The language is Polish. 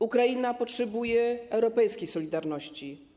Ukraina potrzebuje europejskiej solidarności.